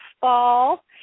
fall